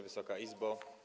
Wysoka Izbo!